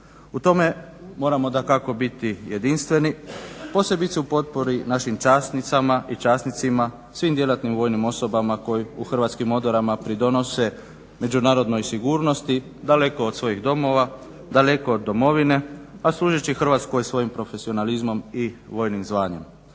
U tome moramo dakako biti jedinstveni, posebice u potpori našim časnicama i časnicima, svim djelatnim vojnim osobama koje u hrvatskim odorama pridonose međunarodnoj sigurnosti daleko od svojih domova, daleko od domovine, a služeći Hrvatskoj svojim profesionalizmom i vojnim zvanjem.